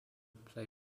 play